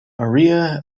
maria